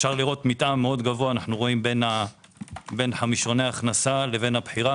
אפשר לראות מתאם גבוה בין חמישוני ההכנסה לבחירה.